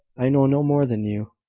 i know no more than you.